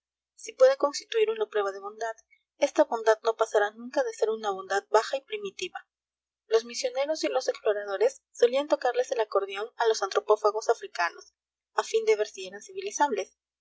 si puede constituir una prueba de bondad esta bondad no pasará nunca de ser una bondad baja y primitiva los misioneros y los exploradores solían tocarles el acordeón a los antropófagos africanos a fin de ver si eran